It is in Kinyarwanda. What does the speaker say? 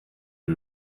iri